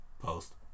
Post